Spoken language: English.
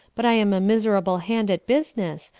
but i am a miserable hand at business,